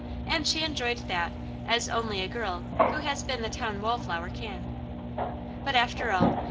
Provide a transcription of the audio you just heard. and she enjoyed that as only a girl who has been the town wall-flower can but after all,